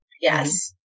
yes